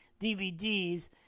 DVDs